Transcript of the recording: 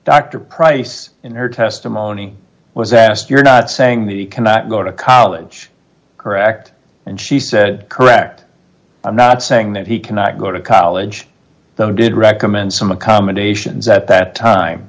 doctor pryce in her testimony was asked you're not saying that he cannot go to college correct and she said correct i'm not saying that he cannot go to college though did recommend some accommodations at that time